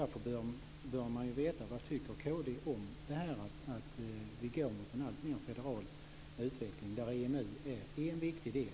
Därför bör man få veta vad kd tycker om att vi går mot en alltmer federal utveckling, där EMU är en viktig del.